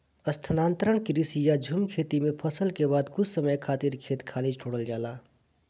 स्थानांतरण कृषि या झूम खेती में फसल के बाद कुछ समय खातिर खेत खाली छोड़ल जाला